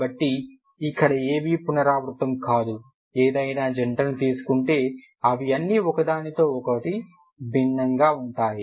కాబట్టి ఇక్కడ ఏవీ పునరావృతం కావు ఏదైనా జంటను తీసుకుంటే అవి అన్నీ ఒకదానికొకటి భిన్నంగా ఉంటాయి